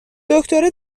دکتره